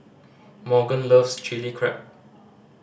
Morgan loves Chili Crab